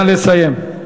נא לסיים.